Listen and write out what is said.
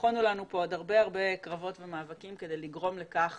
נכונו לנו כאן עוד הרבה קרבות ומאבקים כדי לגרום לכך